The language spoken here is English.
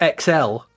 XL